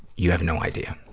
you have no idea.